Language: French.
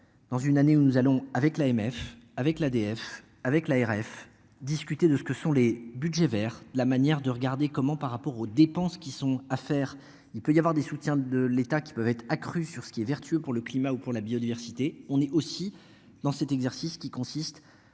dans une année où nous allons avec l'AMF avec l'ADF avec l'ARF discuter de ce que sont les Budgets vers la manière de regarder comment par rapport aux dépenses qui sont à faire, il peut y avoir des soutiens de l'État qui peuvent être accrue sur ce qui est vertueux pour le climat ou pour la biodiversité. On est aussi dans cet exercice qui consiste